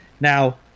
Now